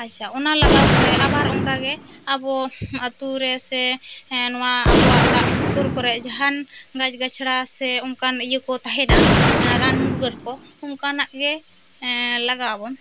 ᱟᱪᱷᱟ ᱚᱱᱟ ᱞᱟᱜᱟᱣ ᱯᱚᱨᱮ ᱟᱵᱟᱨ ᱚᱲᱠᱟᱜᱮᱟᱵᱚ ᱟᱛᱳ ᱨᱮ ᱥᱮ ᱦᱮᱸ ᱱᱚᱣᱟ ᱟᱵᱚᱭᱟᱜ ᱚᱲᱟᱜ ᱥᱩᱨ ᱠᱚᱨᱮ ᱡᱟᱦᱟᱱ ᱜᱟᱪᱷ ᱜᱟᱪᱷᱲᱟ ᱥᱮ ᱚᱱᱠᱟᱱ ᱤᱭᱟᱹ ᱠᱚ ᱛᱟᱦᱮᱱᱟ ᱨᱟᱱ ᱢᱩᱨᱜᱟᱹᱞ ᱠᱚ ᱚᱱᱠᱟᱱᱟᱜ ᱜᱮ ᱞᱟᱜᱟᱣ ᱟᱵᱚᱱ